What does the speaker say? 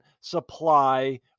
supply